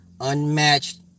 unmatched